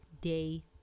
day